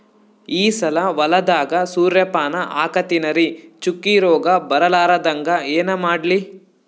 ಈ ಸಲ ಹೊಲದಾಗ ಸೂರ್ಯಪಾನ ಹಾಕತಿನರಿ, ಚುಕ್ಕಿ ರೋಗ ಬರಲಾರದಂಗ ಏನ ಮಾಡ್ಲಿ?